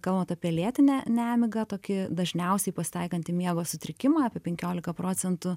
kalbant apie lėtinę nemigą tokį dažniausiai pasitaikantį miego sutrikimą apie penkiolika procentų